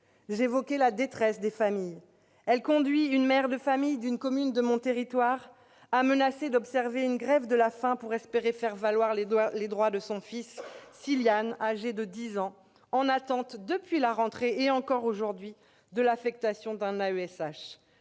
J'évoquais la détresse des familles. Elle conduit une mère de famille d'une commune de mon territoire à menacer d'observer une grève de la faim pour espérer faire valoir les droits de son fils, Cyliann, âgé de dix ans, toujours en attente, depuis la rentrée, de l'affectation d'un AESH.